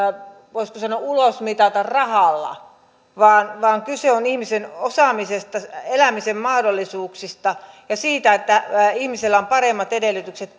voisiko sanoa ulosmitata rahalla vaan vaan kyse on ihmisen osaamisesta elämisen mahdollisuuksista ja siitä että ihmisellä on paremmat edellytykset